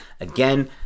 again